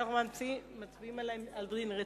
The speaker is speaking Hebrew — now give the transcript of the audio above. ואנחנו מצביעים על החלת דין הרציפות.